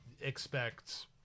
expect